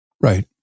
right